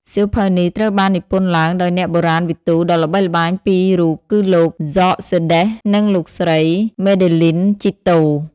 សៀវភៅនេះត្រូវបាននិពន្ធឡើងដោយអ្នកបុរាណវិទូដ៏ល្បីល្បាញពីររូបគឺលោក ហ្សក សឺដេស George Coedès និងលោកស្រី ម៉ាដេលីន ជីតូ Madeleine Giteau។